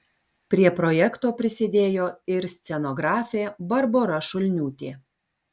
prie projekto prisidėjo ir scenografė barbora šulniūtė